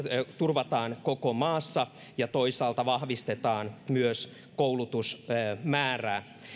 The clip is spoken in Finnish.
turvataan koko maassa ja toisaalta vahvistetaan myös koulutusmäärää